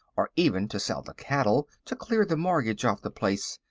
or even to sell the cattle to clear the mortgage off the place.